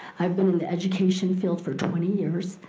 i've been in the education field for twenty years,